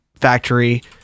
factory